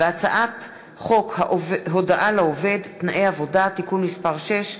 הצעת חוק הודעה לעובד (תנאי עבודה) (תיקון מס' 6),